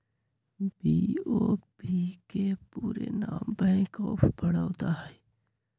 BOB के पूरे नाम बैंक ऑफ बड़ौदा हइ